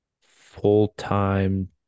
full-time